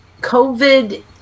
COVID